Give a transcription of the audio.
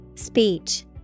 Speech